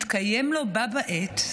מתקיים לו, בה בעת,